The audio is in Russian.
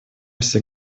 все